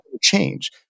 change